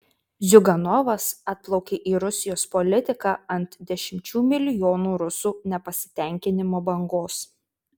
ziuganovas atplaukė į rusijos politiką ant dešimčių milijonų rusų nepasitenkinimo bangos